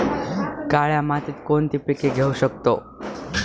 काळ्या मातीत कोणती पिके घेऊ शकतो?